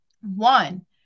one